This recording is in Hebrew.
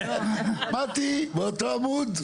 מטי, באותו עמוד.